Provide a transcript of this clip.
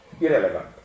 irrelevant